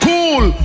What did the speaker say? Cool